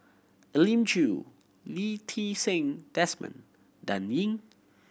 Elim Chew Lee Ti Seng Desmond Dan Ying